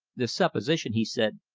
the supposition, he said,